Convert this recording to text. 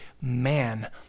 man